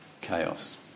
chaos